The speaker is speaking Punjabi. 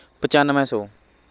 ਪਚਾਨਵੇਂ ਸੌ